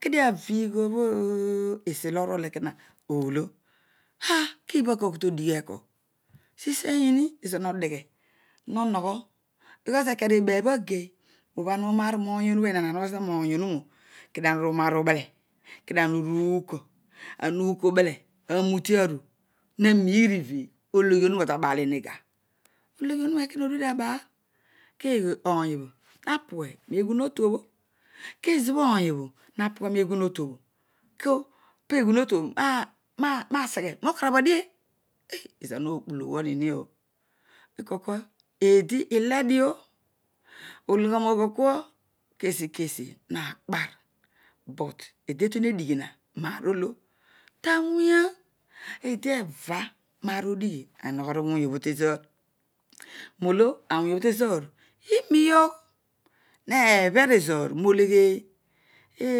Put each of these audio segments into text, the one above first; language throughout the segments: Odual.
Kedio aviigh obho ooh esio rol ekona oolo, hati kibha dikuabha todighieko. sisen ezoor hodeghw hohogho cus ekaar ebeeh agery ibha ana uroaar roony ohuroa bhehaan ahoghozina po kedio awa uru naar ubehu kedio ana uru koor ubele amute aru harough rivigh ologhi owuroa tabaalimigal ologhi owuroa ekoma oruedio abaal keghe ony obho ha pue roeghmotuobho kezo bho oty obho, hapue roeghuhotuobho po eghuwatuobho haseghe roo karoab adien e ezan ho kpulughuammi oh kua eedi lledio ologhoro ogholkua kesi kesi hakpaar bu eedi tetuehn edighi eedi eva roaar olo dighi arogho mawohy obho tezoor reolo aroony obho tezoor imighii yogh hebheu ezoor no hegheefh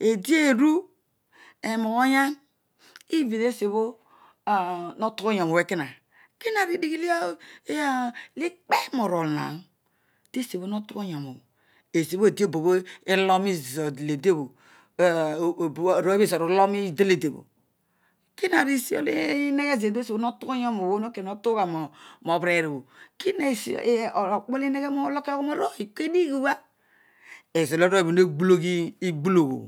eedi eru epoghoyah, even tesiobho hotughuyoro obho ekona kuaridigh olo likpe rerol ha tesiobho hotughuyor obho esiobho eedio obobho mboni zezor dele debho ah obobho ezoor urolorod delede bho kina risiolo iheghe zeedi tosiobho wotughu toorhki hotuugha roobereer obho okpolo meyi nolukoghini anrooy iidua ezobho arooy obho heghulogh igbuloyh obho